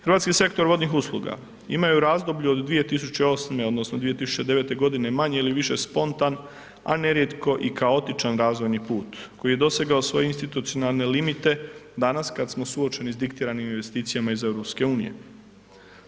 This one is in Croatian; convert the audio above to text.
Hrvatski sektor vodnih usluga imaju razdoblje od 2008. odnosno 2009. manje ili više spontan a nerijetko i kaotičan razvojni put koji je dosegao svoje institucionalne limite danas kad smo suočeni sa diktiranim investicijama iz EU-a.